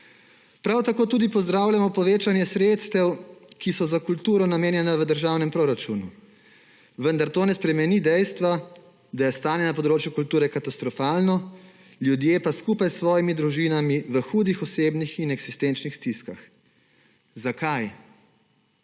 Prav tako tudi pozdravljamo povečanje sredstev, ki so za kulturo namenjena v državnem proračunu, vendar to ne spremeni dejstva, da je stanje na področju kulture katastrofalno, ljudje pa skupaj s svojimi družinami v hudih osebnih in eksistenčnih stiskah. Zakaj?